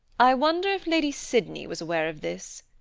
i wonder if lady sydney was aware of this?